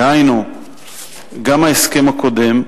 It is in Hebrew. דהיינו גם ההסכם הקודם,